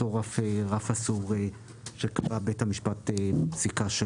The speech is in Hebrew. אותו רף אסור שקבע בית המשפט בפסיקה שלו.